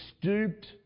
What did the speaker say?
stooped